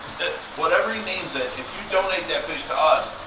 whatever he names it, if you donate that fish to us,